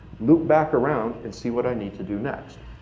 loop back around and see what i need to do next,